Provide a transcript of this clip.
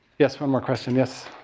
yes, one more question. yes,